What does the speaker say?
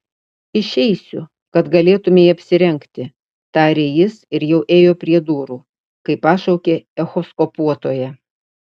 išeisiu kad galėtumei apsirengti tarė jis ir jau ėjo prie durų kai pašaukė echoskopuotoja